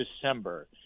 December